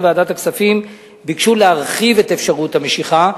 ועדת הכספים ביקשו להרחיב את אפשרות המשיכה,